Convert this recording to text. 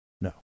no